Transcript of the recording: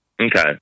Okay